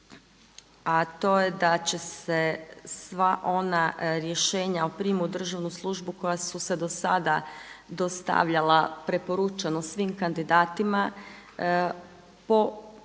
a to je da će se sva ona rješenja o prijemu u državnu službu koja su se do sada dostavljala preporučeno svim kandidatima po ovim